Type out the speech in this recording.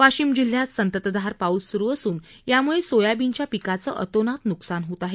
वाशिम जिल्ह्यात संततधार पाऊस स्रू असून याम्ळे सोयाबीनच्या पिकाचं अतोनात न्कसान होत आहे